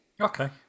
Okay